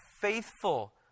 faithful